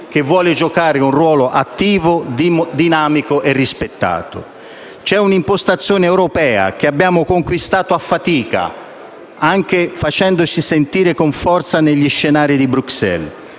C'è un'impostazione europea che abbiamo conquistato a fatica, anche facendoci sentire con forza negli scenari di Bruxelles,